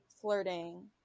flirting